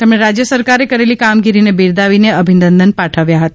તેમણે રાજ્ય સરકારે કરેલી કામગીરીને બિરદાવીને અભિનંદન પાઠવ્યા હતા